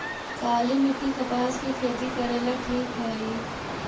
काली मिट्टी, कपास के खेती करेला ठिक हइ?